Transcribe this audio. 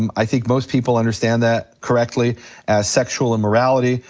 um i think most people understand that correctly as sexual immorality,